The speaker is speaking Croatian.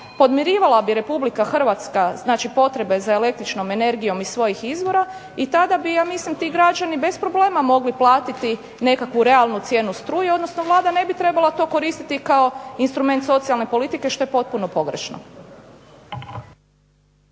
podmirivala bi RH znači potrebe za električnom energijom iz svojih izvora i tada bi, ja mislim, ti građani bez problema mogli platiti nekakvu realnu cijenu struje, odnosno Vlada ne bi trebala to koristiti kao instrument socijalne politike što je potpuno pogrešno.